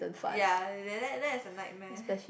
ya that that that is a nightmare